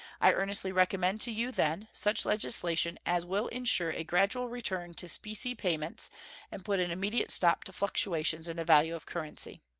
i earnestly recommend to you, then, such legislation as will insure a gradual return to specie payments and put an immediate stop to fluctuations in the value of currency.